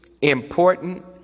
important